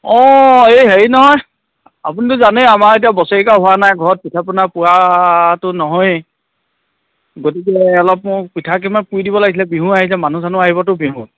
অঁ এ হেৰি নহয় আপুনিতো জানেই আমাৰ এতিয়া বছৰেকীয়া হোৱা নাই ঘৰত পিঠা পনা খোৱাটো নহয়েই গতিকে অলপ মোক পিঠা কেইটামান পুৰি দিব লাগিছিলে বিহু আহিছে মানুহ চানুহ আহিবতো বিহুত